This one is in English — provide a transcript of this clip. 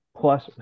plus